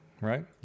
right